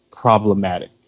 problematic